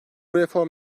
reform